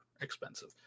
expensive